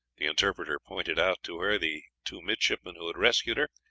the interpreter pointed out to her the two midshipmen who had rescued her,